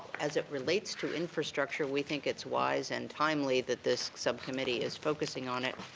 as it relates to infrastructure, we think it's wise and timely that this subcommittee is focusing on it.